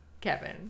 Kevin